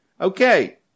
Okay